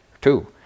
two